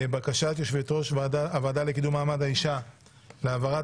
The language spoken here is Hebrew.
בקשת יושבת-ראש הוועדה לקידום מעמד האישה להעברת